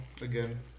again